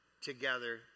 together